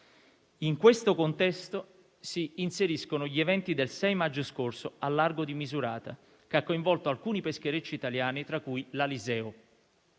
In questo contesto si inseriscono gli eventi del 6 maggio scorso al largo di Misurata, che hanno coinvolto alcuni pescherecci italiani, tra cui l'"Aliseo".